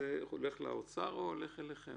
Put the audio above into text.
מי שיהיה האחראי על הפיקוח והאכיפה זה יחידת הפיצו"ח.